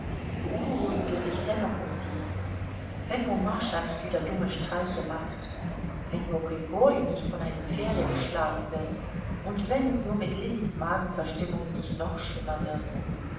beunruhigte sie sich dennoch um sie wenn nur mascha nicht wieder dumme streiche macht wenn nur grigori nicht von einem pferde geschlagen wird und wenn es nur mit lillys magenverstimmung nicht noch schlimmer wird